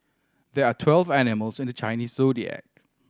there are twelve animals in the Chinese Zodiac